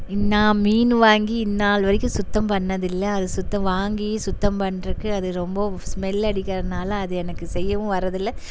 நான் மீன் வாங்கி இந்நாள் வரைக்கும் சுத்தம் பண்ணதில்லை அது சுத்த வாங்கி சுத்தம் பண்ணுறக்கு அது ரொம்ப ஸ்மெல் அடிக்கிறனால் அது எனக்கு செய்யவும் வரதில்லை